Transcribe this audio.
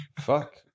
Fuck